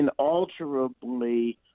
inalterably